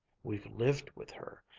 we've lived with her.